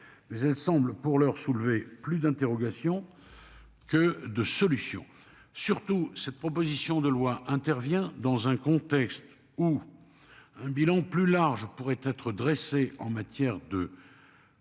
Mais elle semble pour l'heure soulevé plus d'interrogations. Que de solutions surtout cette proposition de loi intervient dans un contexte où. Un bilan plus large pourrait être dressé en matière de.